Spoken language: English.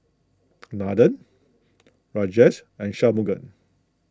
Nathan Rajesh and Shunmugam